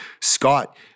Scott